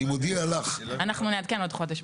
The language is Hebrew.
אלא אני מודיע לך --- אני אעדכן עוד חודש.